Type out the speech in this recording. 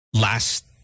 last